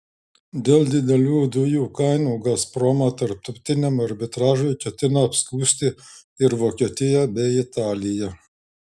dėl didelių dujų kainų gazpromą tarptautiniam arbitražui ketina apskųsti ir vokietija bei italija